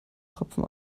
tropfen